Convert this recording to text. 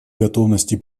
готовности